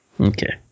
Okay